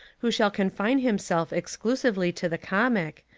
who shall confine himself exclu sively to the comic,